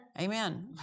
Amen